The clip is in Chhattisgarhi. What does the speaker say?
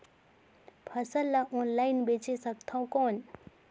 फसल ला ऑनलाइन बेचे सकथव कौन?